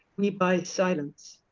we buy silence.